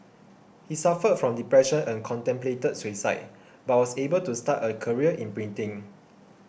he suffered from depression and contemplated suicide but was able to start a career in printing